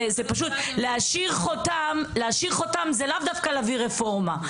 זה פשוט להשאיר חותם זה לאו דווקא להביא רפורמה,